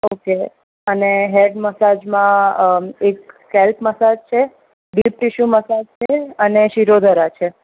okay અને head મસાજમાં એક સેલ્ફ મસાજ છે ડીપ ટીસ્યુ મસાજ છે અને શિરોધરા છે